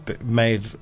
made